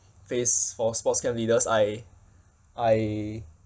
phase for sports camp leaders I I